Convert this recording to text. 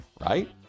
right